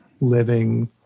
living